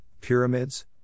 pyramids